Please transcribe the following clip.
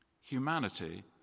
Humanity